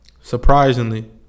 Surprisingly